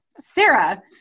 Sarah